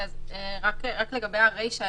לגבי הרישה,